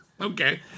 Okay